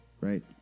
right